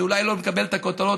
זה אולי לא מקבל את הכותרות,